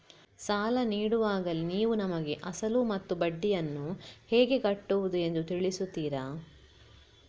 ಸಾಲ ನೀಡುವಾಗಲೇ ನೀವು ನಮಗೆ ಅಸಲು ಮತ್ತು ಬಡ್ಡಿಯನ್ನು ಹೇಗೆ ಕಟ್ಟುವುದು ಎಂದು ತಿಳಿಸುತ್ತೀರಾ?